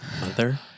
mother